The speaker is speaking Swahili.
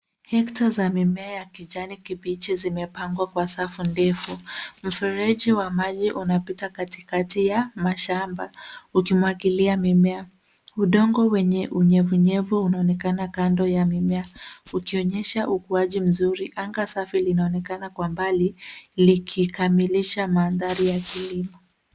Hekta za mimea ya kijani kibichi zimepangwa kwa safu ndefu. Mfereji wa maji unapita katikati ya mashamba ukimwagilia mimea. Udongo wenye unyevunyevu unaonekana kando ya mimea ukionyesha ukuaji mzuri. Anga safi linaonekana kwa mbali likikamilisha mandhari ya kilimo.